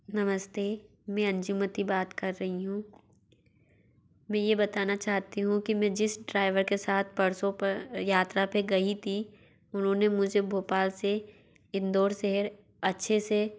नमस्ते मैं अंजुमती बात कर रई हूँ में ये बताना चाहती हूँ कि मैं जिस ड्राइवर के साथ परसों प यात्रा पर गई थी उन्होंने मुझे भोपाल से इंदौर शहर अच्छे से